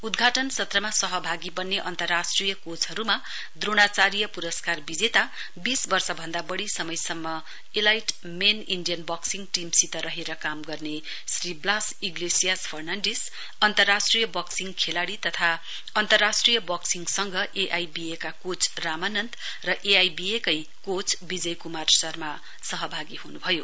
उद्घाटन सत्रमा सहभागी बन्ने अन्तराष्ट्रिय कोचहरुमा द्रोणाचार्य पुरस्कार विजेता वीस वर्ष भन्दा वढ़ी समयसम्म इलाइट मैन इन्डेयन बक्सिङ टीमसित रहेर काम गर्ने श्री ब्लास इगलेसियास फर्नाण्डिस अन्तराष्ट्रिय बक्सिङ खेलाड़ी तथा अन्तराष्ट्रिय वक्सिङ सघ ए आई बी ए का कोच रामानन्द र ए आई बी ए कै कोच विजय कुमार शर्मा सहभागी हुनुभयो